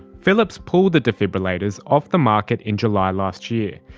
philips pulled the defibrillators off the market in july last year.